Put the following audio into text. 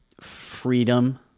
freedom